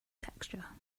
texture